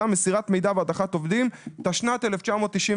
(מסירת מידע והדרכת עובדים) התשנ"ט-1999.